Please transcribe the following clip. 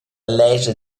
lescha